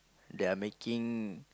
they're making